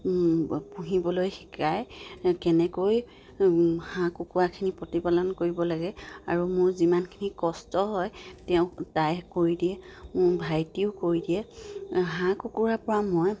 পুহিবলৈ শিকাই কেনেকৈ হাঁহ কুকুৰাখিনি প্ৰতিপালন কৰিব লাগে আৰু মোৰ যিমানখিনি কষ্ট হয় তেওঁক তাই কৰি দিয়ে মোৰ ভাইটিয়েও কৰি দিয়ে হাঁহ কুকুুৰাৰপৰা মই